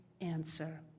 answer